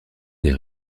des